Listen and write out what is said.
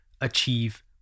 achieve